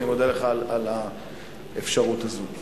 האפשרות הזו.